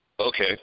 Okay